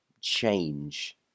change